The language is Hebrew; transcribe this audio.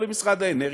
לא למשרד האנרגיה,